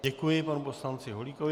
Děkuji panu poslanci Holíkovi.